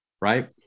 right